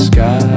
Sky